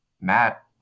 Matt